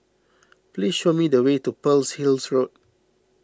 please show me the way to Pearl's Hill Road